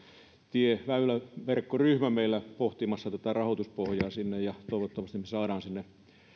tieväyläverkkoryhmä pohtimassa tätä rahoituspohjaa sinne ja toivottavasti me saamme sinne